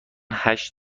هشت